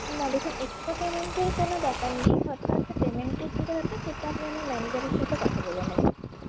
না দেখুন এক্সট্রা পেমেন্টের কোনও ব্যাপার নেই ঘটনা হচ্ছে পেমেন্টের যেটা ব্যাপার সেটা আপনি আমার ম্যানেজারের সঙ্গে কথা বলে নেবেন